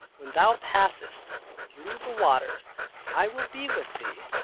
when thou passeth through the waters i will be with thee,